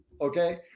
Okay